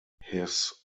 his